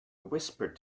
whispered